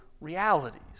realities